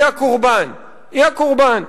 היא הקורבן.